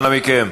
אנא מכם.